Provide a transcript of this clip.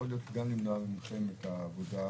שיכולים גם למנוע מכם את העבודה,